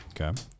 Okay